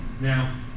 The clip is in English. Now